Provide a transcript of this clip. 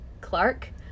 Clark